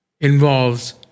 involves